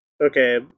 Okay